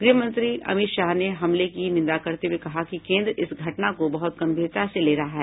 गृहमंत्री अमित शाह ने हमले की निन्दा करते हुए कहा कि केन्द्र इस घटना को बहुत गंभीरता से ले रहा है